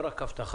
לא רק אבטחה.